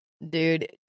Dude